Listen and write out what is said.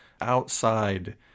outside